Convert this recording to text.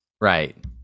Right